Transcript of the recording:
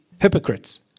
hypocrites